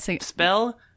Spell